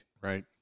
Right